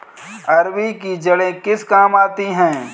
अरबी की जड़ें किस काम आती हैं?